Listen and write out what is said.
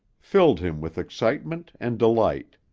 filled him with excitement and delight.